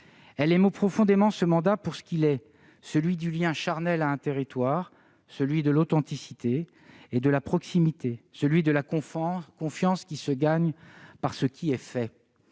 Elle aimait profondément ce mandat pour ce qu'il est : celui du lien charnel à un territoire ; celui de l'authenticité et de la proximité ; celui de la confiance qui se gagne par ce qui est fait.